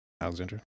Alexandra